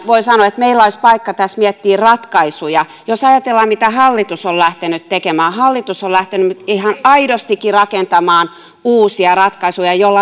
voi sanoa että meillä olisi paikka tässä miettiä ratkaisuja jos ajatellaan mitä hallitus on lähtenyt tekemään hallitus on lähtenyt nyt ihan aidostikin rakentamaan uusia ratkaisuja joilla